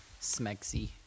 Smexy